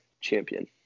Champion